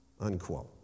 unquote